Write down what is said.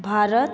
Bharat